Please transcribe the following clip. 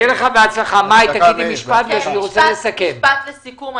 מאי, משפט מסכם.